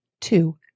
two